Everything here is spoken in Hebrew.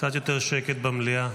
קצת יותר שקט במליאה.